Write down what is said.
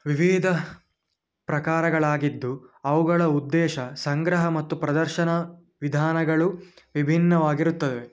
ವಿವಿಧ ಪ್ರಕಾರಗಳಾಗಿದ್ದು ಅವುಗಳ ಉದ್ದೇಶ ಸಂಗ್ರಹ ಮತ್ತು ಪ್ರದರ್ಶನ ವಿಧಾನಗಳು ವಿಭಿನ್ನವಾಗಿರುತ್ತವೆ